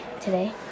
today